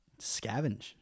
scavenge